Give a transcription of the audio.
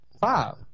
Five